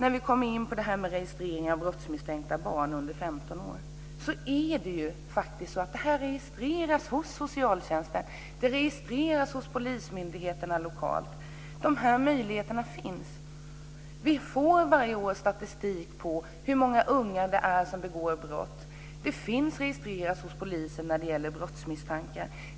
När vi kommer in på registrering av brottsmisstänkta barn under 15 år, är det så att detta registreras hos socialtjänsten och hos polismyndigheterna lokalt. Den möjligheten finns. Vi får varje år statistik på hur många ungdomar som begår brott. Det finns registrerat hos polisen när det gäller brottsmisstankar.